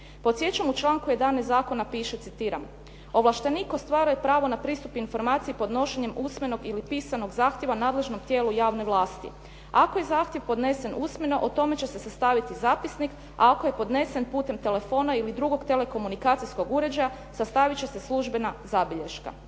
Podsjećam u članku 11. zakona piše, citiram: "Ovlaštenik ostvaruje pravo na pristup informaciji podnošenjem usmenog ili pisanog zahtjeva nadležnom tijelu javne vlasti. Ako je zahtjev podnesen usmeno o tome će se sastaviti zapisnik, a ako je podnesen putem telefona ili drugog telekomunikacijskog uređaja sastavit će se službena zabilješka."